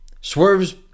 Swerve's